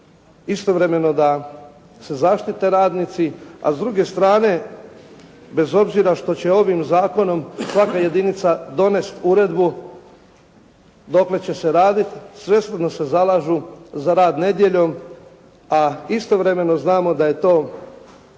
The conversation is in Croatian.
istovremeno da se zaštite radnici, a s druge strane, bez obzira što će ovim zakonom svaka jedinica donijeti uredbu do kada će se raditi, svesrdno se zalažu za rad nedjeljom, a istovremeno znamo da je to